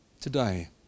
Today